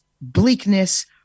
bleakness